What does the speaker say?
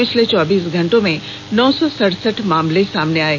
पिछले चौबीस घंटों में नो सौ सड़सठ मामले सामने आये